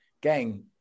gang